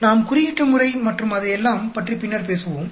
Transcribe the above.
நாம் குறியீட்டு முறை மற்றும் அதையெல்லாம் பற்றி பின்னர் பேசுவோம்